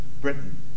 Britain